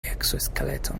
exoskeleton